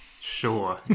Sure